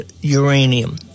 uranium